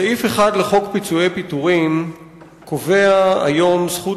סעיף 1 לחוק פיצויי פיטורים קובע היום זכות